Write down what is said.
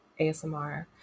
ASMR